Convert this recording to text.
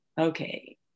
okay